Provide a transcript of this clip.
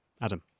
Adam